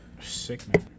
Sick